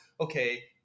okay